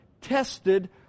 tested